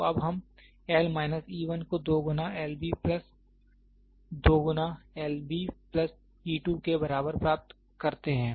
तो अब हम L माइनस e 1 को 2 गुना L B प्लस 2 गुना L B प्लस e 2 के बराबर प्राप्त करते हैं